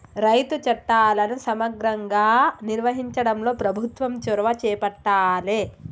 రైతు చట్టాలను సమగ్రంగా నిర్వహించడంలో ప్రభుత్వం చొరవ చేపట్టాలె